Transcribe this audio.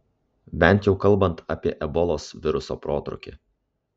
bent jau kalbant apie ebolos viruso protrūkį